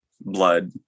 blood